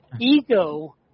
ego